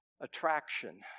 attraction